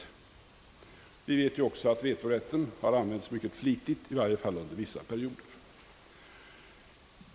Vi vet ju också att vetorätten har använts mycket flitigt, i varje fall under vissa perioder.